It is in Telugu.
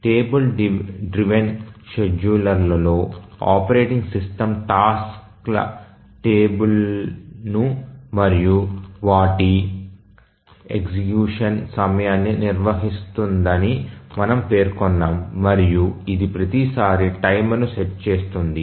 టేబుల్ డ్రివెన్ షెడ్యూలర్లో ఆపరేటింగ్ సిస్టమ్ టాస్క్ల టేబుల్ను మరియు వాటి ఎగ్జిక్యూషన్ సమయాన్ని నిర్వహిస్తుందని మనము పేర్కొన్నాము మరియు ఇది ప్రతి సారీ టైమర్ను సెట్ చేస్తుంది